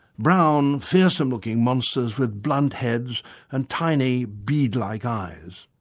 brown fearsome-looking monsters with blunt heads and tiny bead-like eyes.